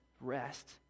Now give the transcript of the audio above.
rest